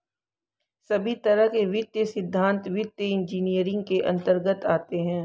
सभी तरह के वित्तीय सिद्धान्त वित्तीय इन्जीनियरिंग के अन्तर्गत आते हैं